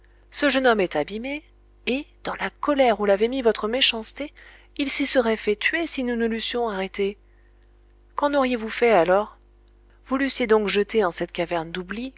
ce jeune homme est abîmé et dans la colère où l'avait mis votre méchanceté il s'y serait fait tuer si nous ne l'eussions arrêté qu'en auriez-vous fait alors vous l'eussiez donc jeté en cette caverne d'oubli